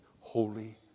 holy